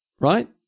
right